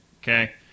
okay